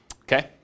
okay